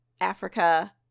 Africa